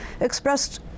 expressed